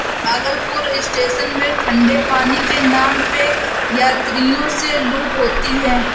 Bhagalpur station में ठंडे पानी के नाम पे यात्रियों से लूट होती है